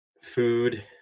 Food